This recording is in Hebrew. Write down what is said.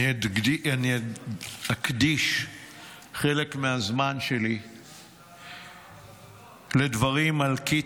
אני אקדיש חלק מהזמן שלי לדברים על קית'